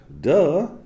duh